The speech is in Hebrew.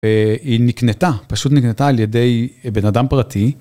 היא נקנתה, פשוט נקנתה על ידי בן אדם פרטי.